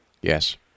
Yes